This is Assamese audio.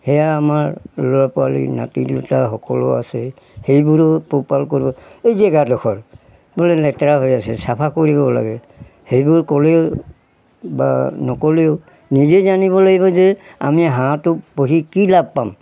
সেয়া আমাৰ ল'ৰা ছোৱালী নাতি দুটা সকলো আছে সেইবোৰো পোহপাল কৰোঁ এই জেগাডখৰ বোলে লেতেৰা হৈ আছে চাফা কৰিব লাগে সেইবোৰ ক'লেও বা নক'লেও নিজে জানিব লাগিব যে আমি হাঁহটোক পুহি কি লাভ পাম